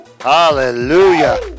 Hallelujah